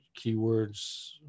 keywords